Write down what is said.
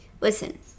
Listen